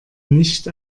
nicht